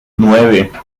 nueve